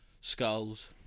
skulls